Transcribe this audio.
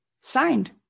signed